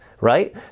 right